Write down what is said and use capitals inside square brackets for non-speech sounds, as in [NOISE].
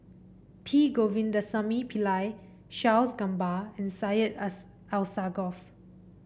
P Govindasamy Pillai Charles Gamba and Syed [UNINTELLIGIBLE] Alsagoff